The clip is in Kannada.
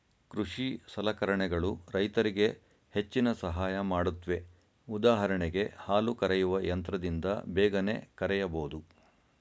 ಕೃಷಿ ಸಲಕರಣೆಗಳು ರೈತರಿಗೆ ಹೆಚ್ಚಿನ ಸಹಾಯ ಮಾಡುತ್ವೆ ಉದಾಹರಣೆಗೆ ಹಾಲು ಕರೆಯುವ ಯಂತ್ರದಿಂದ ಬೇಗನೆ ಕರೆಯಬೋದು